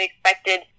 expected